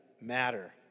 matter